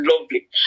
lovely